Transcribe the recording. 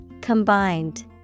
Combined